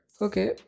Okay